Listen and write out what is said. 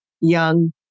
young